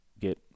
get